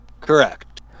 Correct